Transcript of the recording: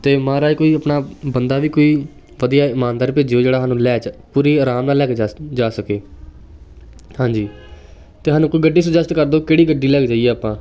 ਅਤੇ ਮਹਾਰਾਜ ਕੋਈ ਆਪਣਾ ਬੰਦਾ ਵੀ ਕੋਈ ਵਧੀਆ ਇਮਾਨਦਾਰ ਭੇਜਿਓ ਜਿਹੜਾ ਸਾਨੂੰ ਲੈ ਚ ਪੂਰੀ ਆਰਾਮ ਨਾਲ ਲੈ ਕੇ ਜਾ ਸਕੇ ਹਾਂਜੀ ਅਤੇ ਸਾਨੂੰ ਕੋਈ ਗੱਡੀ ਸੁਜੈਸਟ ਕਰ ਦਿਉ ਕਿਹੜੀ ਗੱਡੀ ਲੈ ਕੇ ਜਾਈਏ ਆਪਾਂ